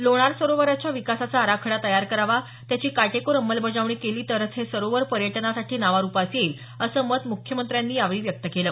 लोणार सरोवराच्या विकासाचा आराखडा तयार करावा त्याची काटेकोर अंमलबजावणी केली तरच हे सरोवर पर्यटनासाठी नावारूपास येईल असं मत मुख्यमंत्र्यांनी यावेळी व्यक्त केलं